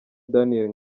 daniel